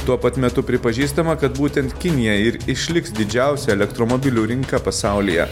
tuo pat metu pripažįstama kad būtent kinija ir išliks didžiausia elektromobilių rinka pasaulyje